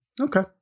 Okay